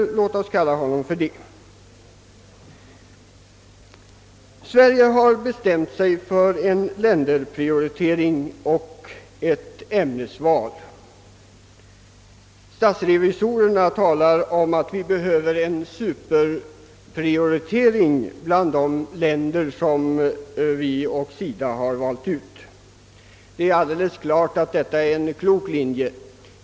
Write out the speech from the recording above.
Sverige har bestämt sig för en länderprioritering och ett ämnesval. Statsrevisorerna talar om att vi behöver en superprioritering bland de länder som vi i SIDA har valt ut. Det är alldeles klart att detta är en klok linje.